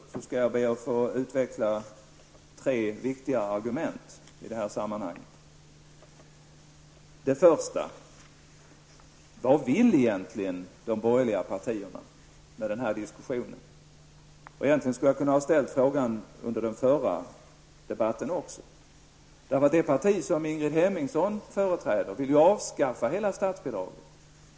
Herr talman! Trots att jag har gjort det flera gånger tidigare, skall jag ändå be att få utveckla tre viktiga argument i detta sammanhang. Till att börja med undrar jag vad de borgerliga egentligen vill med den här diskussionen. Jag skulle också ha kunnat ställa denna fråga under den förra debatten. Det parti som Ingrid Hemmingsson företräder vill ju avskaffa hela statsbidragssystemet.